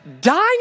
dying